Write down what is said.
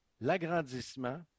l'agrandissement